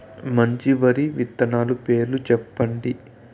మంచి వరి విత్తనాలు పేర్లు చెప్పండి?